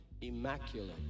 immaculate